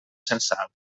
censal